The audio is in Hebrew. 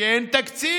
כי אין תקציב.